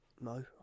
No